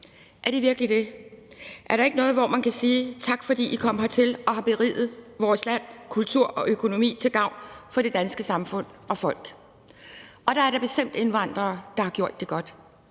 Er det virkelig det? Er der ikke noget, hvor man kan sige: Tak, fordi I kom hertil og har beriget vores land, kultur og økonomi til gavn for det danske samfund og folk? Og der er da bestemt indvandrere, der har gjort det godt,